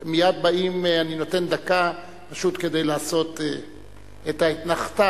אני נותן דקה, פשוט כדי לעשות את האתנחתא